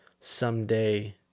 someday